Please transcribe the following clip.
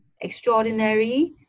extraordinary